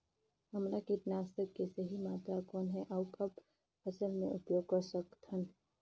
हमला कीटनाशक के सही मात्रा कौन हे अउ कब फसल मे उपयोग कर सकत हन?